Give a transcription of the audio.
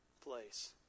place